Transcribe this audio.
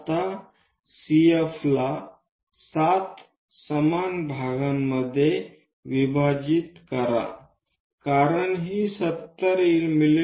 आता CFला 7 समान भागांमध्ये विभाजित करा कारण ही 70 मि